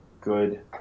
good